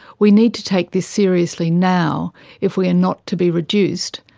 we need to take this seriously now if we are not to be reduced,